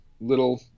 little